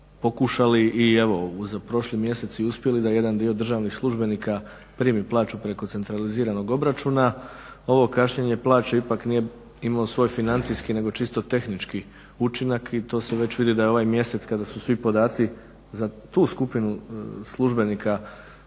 pokušali i evo za prošli mjesec i uspjeli da jedan dio državnih službenika primi plaću preko centraliziranog obračuna. Ovo kašnjenje plaća nije imao svoj financijski nego čisti tehnički učinak i to se već vidi da je ovaj mjesec kada su svi podaci za tu skupinu službenika stavljeni